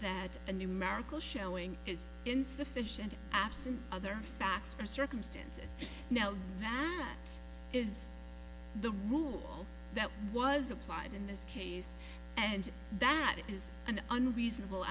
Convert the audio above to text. that a numerical showing is insufficient absent other facts for circumstances now van that is the rule that was applied in this case and that it is an unreasonable